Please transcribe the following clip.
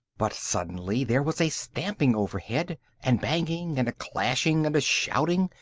but suddenly there was a stamping overhead, and banging and a clashing, and a shouting,